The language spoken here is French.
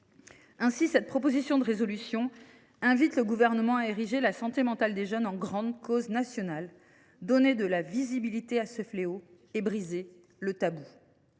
de cette proposition de résolution, nous invitons le Gouvernement à ériger la santé mentale des jeunes en grande cause nationale, à donner de la visibilité à ce fléau et à briser ce tabou.